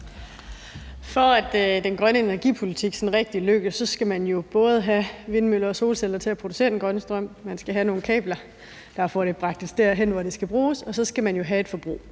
For at den grønne energipolitik sådan rigtig lykkes, skal man jo både have vindmøller og solceller til at producere den grønne strøm, og man skal have nogle kabler, der får det transporteret hen, hvor de skal bruges, og så skal man jo have et forbrug.